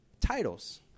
Titles